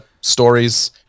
stories